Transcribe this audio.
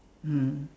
mm